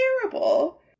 terrible